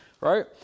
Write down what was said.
right